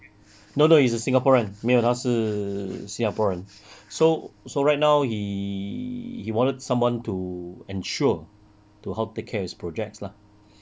no no he's a singaporean 没有他是 singaporean so so right now he wanted someone to ensure to help take care his projects lah